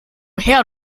her